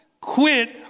quit